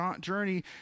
journey